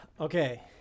okay